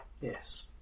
Yes